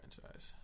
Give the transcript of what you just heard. franchise